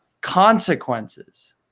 consequences